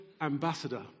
ambassador